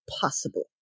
possible